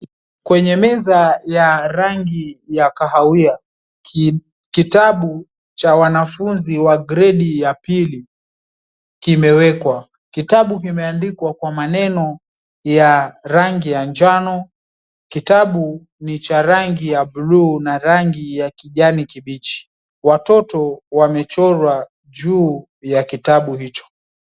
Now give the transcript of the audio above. Kwenye meza ya rangi ya kahawia, kitabu cha wanafunzi wa gredi ya pili kimewekwa. Kitabu kimeandikwa kwa maneno ya rangi ya njano. Kitabu ni cha rangi ya buluu na rangi ya kijani kibichi. Watoto wamechorwa juu ya kitabu hicho.